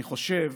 אני חושב